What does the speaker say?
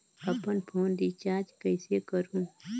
अपन phone recharge कइसे करहु?